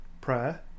prayer